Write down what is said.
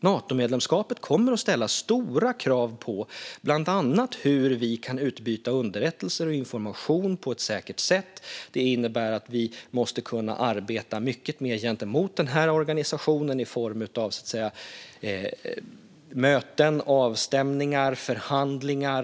Natomedlemskapet kommer att ställa stora krav på bland annat hur vi kan utbyta underrättelser och information på ett säkert sätt. Det innebär att vi måste kunna arbeta mycket mer gentemot den här organisationen i form av möten, avstämningar och förhandlingar.